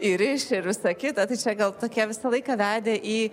įriš ir visą kitą tai čia gal tokie visą laiką vedė į